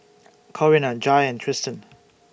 Corinna Jair and Tristan